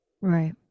Right